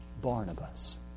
Barnabas